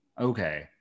Okay